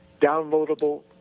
downloadable